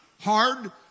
hard